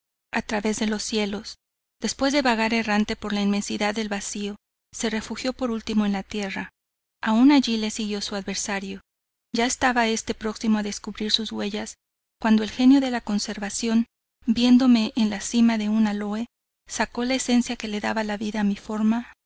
a través de los cielos después de vagar errante por la inmensidad del vacío se refugio por ultimo en la tierra aun allí le siguió su adversario ya estaba este próximo a descubrir sus huellas cuando el genio de la conservación viéndome en la cima de un aloe saco la esencia que daba la vida a mi forma